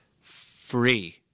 free